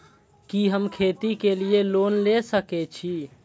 कि हम खेती के लिऐ लोन ले सके छी?